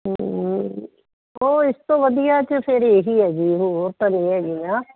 ਉਹ ਉਹ ਇਸ ਤੋਂ ਵਧੀਆ 'ਚ ਫਿਰ ਇਹ ਹੀ ਹੈਗੀ ਹੋਰ ਤਾਂ ਨਹੀਂ ਹੈਗੀ ਆਂ